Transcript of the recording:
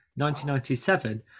1997